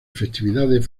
festividades